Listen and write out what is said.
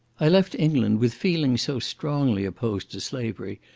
i left england with feelings so strongly opposed to slavery,